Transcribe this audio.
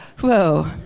Whoa